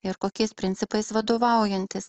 ir kokiais principais vadovaujantis